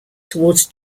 towards